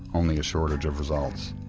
only a shortage of results.